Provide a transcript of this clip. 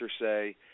say